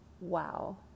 wow